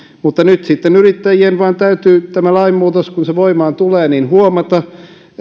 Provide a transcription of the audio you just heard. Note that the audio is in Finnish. nyt sitten yrittäjien vaan täytyy tämä lainmuutos kun se voimaan tulee huomata